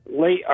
late